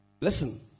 Listen